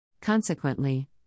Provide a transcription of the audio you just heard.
Consequently